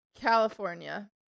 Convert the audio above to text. California